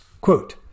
quote